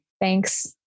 Thanks